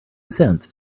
cents